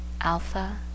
alpha